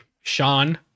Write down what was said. Sean